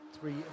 three